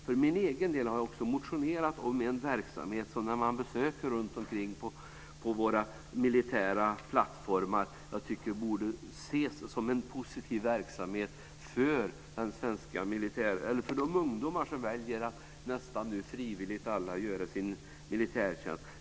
För min egen del har jag också motionerat om en verksamhet som man kan se när man besöker våra militära plattformar runtomkring och som jag tycker borde ses som positiv för de ungdomar som nu nästan alla väljer att frivilligt göra sin militärtjänst.